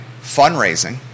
fundraising